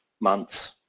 months